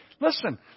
Listen